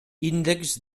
índex